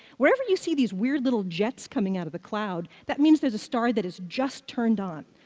wherever you see these weird little jets coming out of the cloud, that means there's a star that has just turned on.